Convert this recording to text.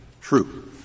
True